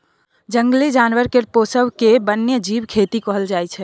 जंगली जानबर केर पोसब केँ बन्यजीब खेती कहल जाइ छै